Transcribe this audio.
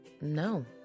No